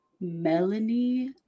Melanie